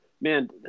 Man